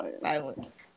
violence